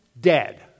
dead